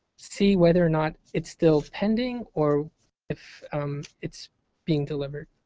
see whether or not it's still pending or if it's being delivered.